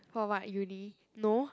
for what uni no